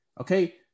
Okay